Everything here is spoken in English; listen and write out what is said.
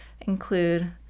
include